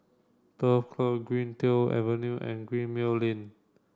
Turf Club Greendale Avenue and Gemmill Lane